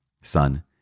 Son